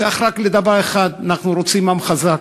זה שייך רק לדבר אחד: אנחנו רוצים עם חזק,